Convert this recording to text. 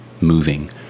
moving